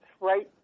Right